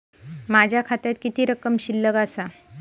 माझ्या खात्यात किती रक्कम शिल्लक आसा?